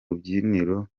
rubyiniro